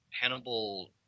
Hannibal